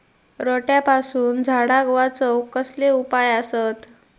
रोट्यापासून झाडाक वाचौक कसले उपाय आसत?